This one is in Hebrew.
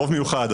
רוב מיוחד,